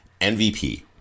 MVP